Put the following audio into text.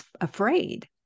afraid